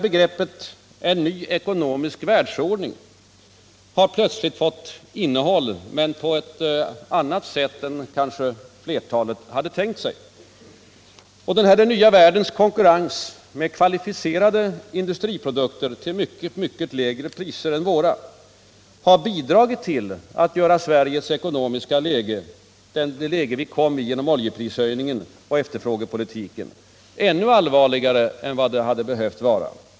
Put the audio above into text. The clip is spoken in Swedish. Begreppet ”en ny ekonomisk världsordning” har plötsligt fått innehåll, men kanske på ett annat sätt än många tänkt sig. Och denna den nya världens konkurrens med kvalificerade industriprodukter till mycket, mycket lägre priser än våra har bidragit till att göra det bekymmersamma ekonomiska läge vi kommit i genom oljeprishöjningen och efterfrågepolitiken ännu allvarligare än det hade behövt vara.